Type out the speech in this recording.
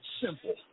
simple